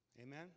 Amen